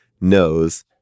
knows